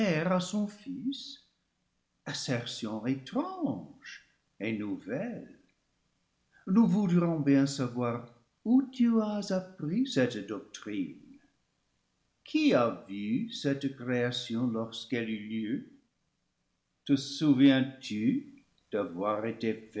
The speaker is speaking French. son fils assertion étrange et nouvelle nous voudrions bien savoir où tu as ap pris cette doctrine qui a vu cette création lorsqu'elle eut lieu te souviens-tu d'avoir été